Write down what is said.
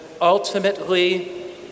ultimately